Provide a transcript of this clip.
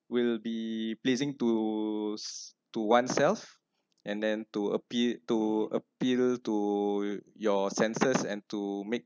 will be pleasing to to oneself and then to appear to appeal to your senses and to make